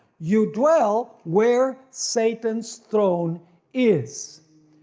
you dwell where satan's throne is.